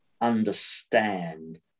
understand